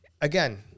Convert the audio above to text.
Again